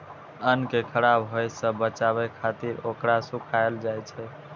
अन्न कें खराब होय सं बचाबै खातिर ओकरा सुखायल जाइ छै